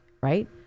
right